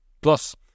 Plus